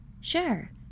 Sure